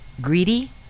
greedy